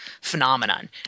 phenomenon